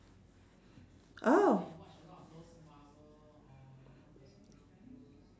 oh